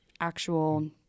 actual